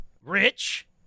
rich